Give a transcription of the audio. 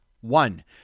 One